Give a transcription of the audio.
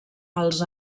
als